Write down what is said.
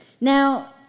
Now